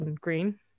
green